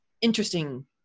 interesting